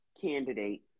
candidate